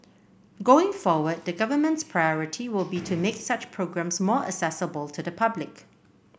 going forward the government's priority will be to make such programmes more accessible to the public